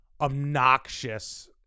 obnoxious